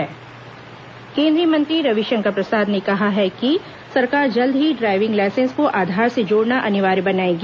driving licence Aadhaar केन्द्रीय मंत्री रविशंकर प्रसाद ने कहा है कि सरकार जल्द ही ड्राइविंग लाइसेंस को आधार से जोड़ना अनिवार्य बनाएगी